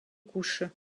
couches